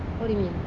what do you mean